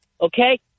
Okay